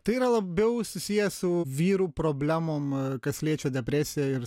tai yra labiau susiję su vyrų problemom kas liečia depresiją ir